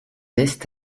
est